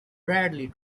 bradley